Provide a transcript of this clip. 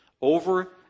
over